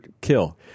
kill